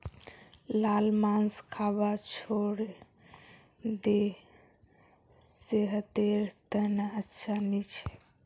लाल मांस खाबा छोड़े दे सेहतेर त न अच्छा नी छोक